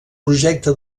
projecte